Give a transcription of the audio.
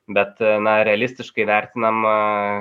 bet na realistiškai vertinama